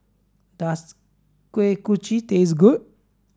does Kuih Kochi taste good